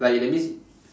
like it that means